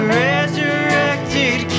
resurrected